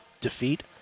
defeat